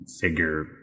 figure